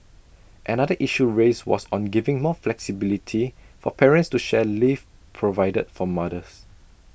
another issue raised was on giving more flexibility for parents to share leave provided for mothers